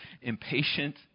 impatient